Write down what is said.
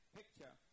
picture